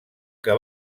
que